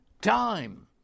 time